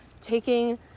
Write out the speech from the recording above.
taking